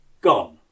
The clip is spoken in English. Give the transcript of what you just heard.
Gone